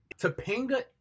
Topanga